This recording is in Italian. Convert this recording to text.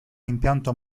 impianto